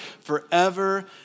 forever